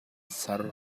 ser